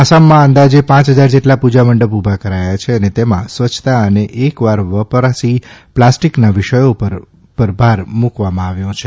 આસામમાં અંદાજે પાંચ હજાર જેટલા પૂજા મંડપ ઉભા કરાથા છે અને તેમાં સ્વચ્છતા અને એકવાર વપરાસી પ્લાસ્ટીકના વિષયો પર ભાર મૂકાયો છે